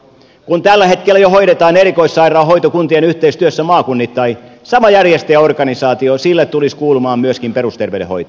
kun tällä hetkellä jo hoidetaan erikoissairaanhoito kuntien yhteistyössä maakunnittain samalle järjestäjäorganisaatiolle tulisi kuulumaan myöskin perusterveydenhoito